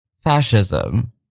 Fascism